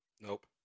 Nope